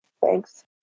Thanks